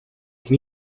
can